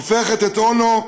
הופכת את אונו,